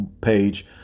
page